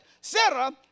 Sarah